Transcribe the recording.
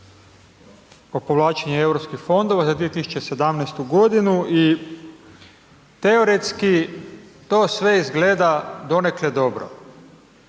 o povlačenju Europskih fondova za 2017.g. i teoretski to sve izgleda donekle dobro.